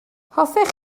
hoffech